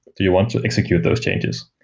do you want to execute those changes?